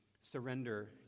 surrender